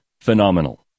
phenomenal